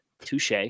Touche